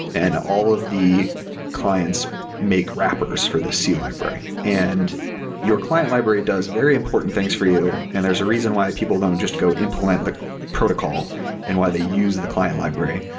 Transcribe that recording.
and all of the clients make wrappers for the c library. and your client library does very important things for you, and there's a reason why people don't just go implement the protocol and why they use use the client library.